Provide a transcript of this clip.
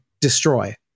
destroy